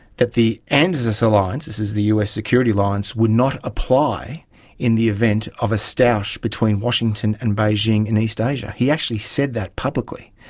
that the anzus alliance, this is the us security alliance, would not apply in the event of a stoush between washington and beijing in east asia. he actually said that publicly.